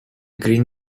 green